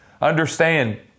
Understand